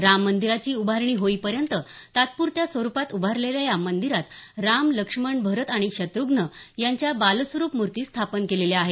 राममंदिराची उभारणी होईपर्यंत तात्पुरत्या स्वरुपात उभारलेल्या या मंदिरात राम लक्ष्मण भरत आणि शत्रुघ्न यांच्या बालस्वरुप मूर्ती स्थापन केलेल्या आहेत